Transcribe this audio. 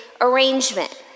arrangement